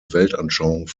weltanschauung